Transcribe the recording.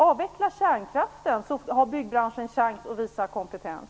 Avveckla kärnkraften, så har byggbranschen chans att visa kompetens!